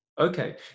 Okay